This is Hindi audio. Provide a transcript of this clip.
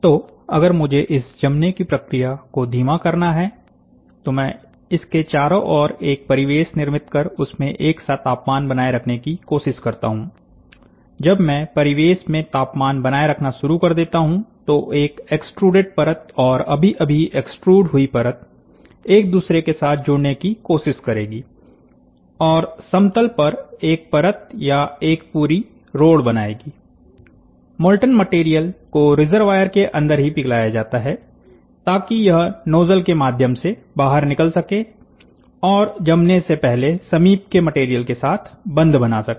तो अगर मुझे इस जमने की प्रक्रिया को धीमा करना है तो मैं इसके चारों ओर एक परिवेश निर्मित कर उसमें एक सा तापमान बनाए रखने की कोशिश करता हूं जब मैं परिवेश में तापमान बनाए रखना शुरु कर देता हूं तो एक एक्स्ट्रूडेड परत और अभी अभी एक्स्ट्रूड हुई परत एक दूसरे के साथ जुड़ने की कोशिश करेगी और समतल पर एक परत या एक पूरी रोड बनाएगी मोल्टन मटेरियल को रिजर्वायर के अंदर ही पिघलाया जाता है ताकि यह नोजल के माध्यम से बाहर निकल सके और जमने से पहले समीप के मटेरियल के साथ बंध बना सके